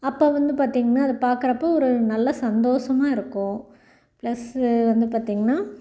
அப்போ வந்து பார்த்தீங்கன்னா அதை பார்க்குறப்ப ஒரு நல்ல சந்தோஷமாக இருக்கும் ப்ளஸ்ஸு வந்து பார்த்தீங்கன்னா